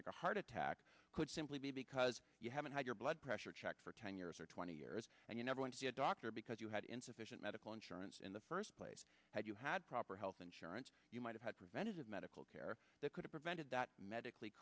like a heart attack could simply be because you haven't had your blood pressure checked for ten years or twenty years and you never want to see a doctor because you had insufficient medical insurance in the first place had you had proper health insurance you might have had preventative medical care that could've prevented that medically